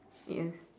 yeah